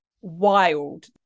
wild